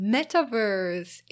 Metaverse